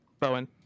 Bowen